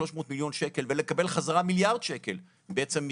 300 מיליון שקלים ולקבל חזרה מיליארד שקלים בעצם,